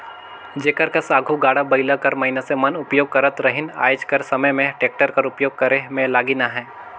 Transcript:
जेकर कस आघु गाड़ा बइला कर मइनसे मन उपियोग करत रहिन आएज कर समे में टेक्टर कर उपियोग करे में लगिन अहें